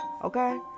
Okay